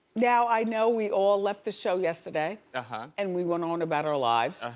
now i know we all left the show yesterday and and we went on about our lives,